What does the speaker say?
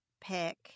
pick